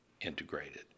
integrated